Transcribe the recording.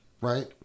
right